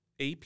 AP